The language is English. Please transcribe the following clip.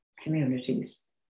communities